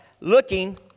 looking